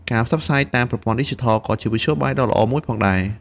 ការផ្សព្វផ្សាយតាមប្រព័ន្ធឌីជីថលក៏ជាមធ្យោបាយដ៏ល្អមួយផងដែរ។